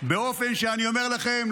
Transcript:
באופן שאני אומר לכם,